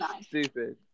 stupid